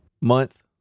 Month